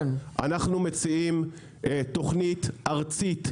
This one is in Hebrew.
אנחנו מציעים תוכנית ארצית שתרוכז,